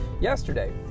yesterday